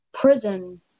prison